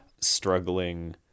struggling